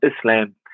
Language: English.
Islam